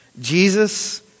Jesus